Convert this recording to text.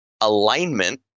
alignment